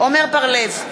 עמר בר-לב,